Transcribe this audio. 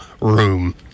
room